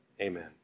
Amen